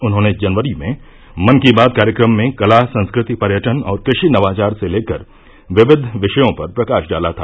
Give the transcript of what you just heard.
उन्होंने जनवरी मे मन की बात कार्यक्रम में कला संस्कृति पर्यटन और कृषि नवाचार से लेकर विविध विषयों पर प्रकाश डाला था